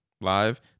live